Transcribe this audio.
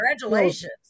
congratulations